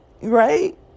right